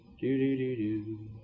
Do-do-do-do